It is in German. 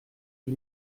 die